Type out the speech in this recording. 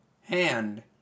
hand